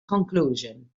conclusion